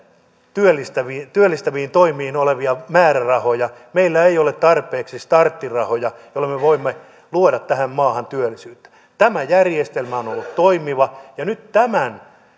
työllistäviin työllistäviin toimiin määrärahoja meillä ei ole tarpeeksi starttirahoja joilla me voimme luoda tähän maahan työllisyyttä tämä järjestelmä on on ollut toimiva ja nyt tämän